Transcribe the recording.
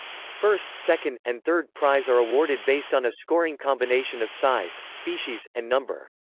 first, second, and third prize are awarded based on a scoring combination of size, species, and number.